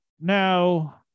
Now